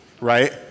right